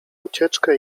ucieczkę